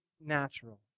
natural